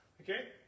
Okay